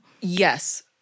Yes